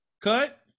cut